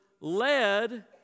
led